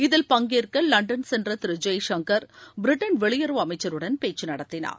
இதில் பங்கேற்த லண்டன் சென்ற திரு ஜெய்சங்கர் பிரிட்டன் வெளியுறவு அமைச்சருடன் பேச்சு நடத்தினார்